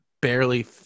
barely